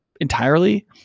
entirely